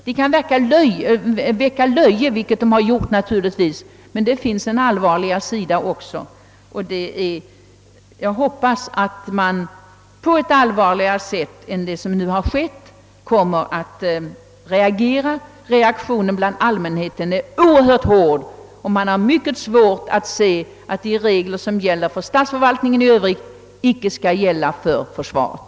De kan väcka löje — vilket naturligtvis skett — men det finns också en allvarligare sida. Jag hoppas att reaktionen från statsmakternas sida blir mera påtaglig än den varit. Allmänheten har reagerat mycket starkt och har oerhört svårt att inse att de regler som gäller för statsförvaltningen i övrigt inte skall gälla för försvaret.